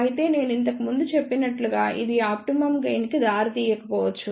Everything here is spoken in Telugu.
అయితే నేను ఇంతకు ముందు చెప్పినట్లుగా ఇది ఆప్టిమమ్ గెయిన్ కి దారితీయకపోవచ్చు